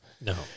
No